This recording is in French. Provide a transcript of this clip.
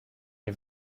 les